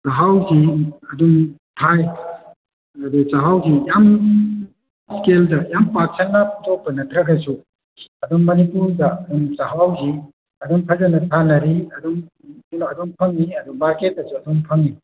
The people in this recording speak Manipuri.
ꯆꯥꯛꯍꯥꯎꯁꯦ ꯑꯗꯨꯝ ꯊꯥꯏ ꯑꯗꯣ ꯆꯥꯛꯍꯥꯎꯁꯦ ꯌꯥꯝ ꯁ꯭ꯀꯦꯜꯗ ꯌꯥꯝ ꯄꯥꯛꯁꯟꯅ ꯄꯨꯊꯣꯛꯄ ꯅꯠꯇ꯭ꯔꯒꯁꯨ ꯑꯗꯨꯝ ꯃꯅꯤꯄꯨꯔꯗ ꯆꯥꯛꯍꯥꯎꯁꯤ ꯑꯗꯨꯝ ꯐꯖꯅ ꯊꯥꯅꯔꯤ ꯑꯗꯨꯕꯨ ꯐꯪꯏ ꯑꯗꯨꯝ ꯃꯥꯔꯀꯦꯠꯇꯁꯨ ꯑꯗꯨꯝ ꯐꯪꯏ